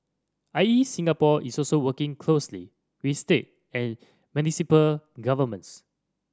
I E Singapore is also working closely with state and municipal governments